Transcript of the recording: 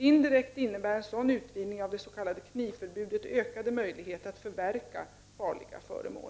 Indirekt innebär en sådan utvidgning av det s.k. knivförbudet ökade möjligheter att förverka farliga föremål.